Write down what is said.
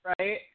Right